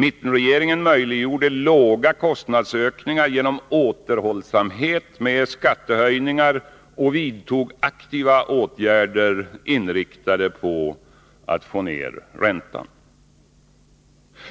Mittenregeringen möjliggjorde låga kostnadsökningar genom återhållsamhet med skattehöjningar och vidtog aktiva åtgärder inriktade på att få ned räntan.